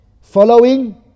Following